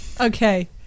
Okay